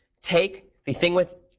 take anything with